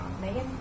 Megan